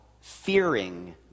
fearing